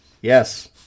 Yes